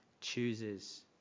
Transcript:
chooses